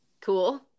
Cool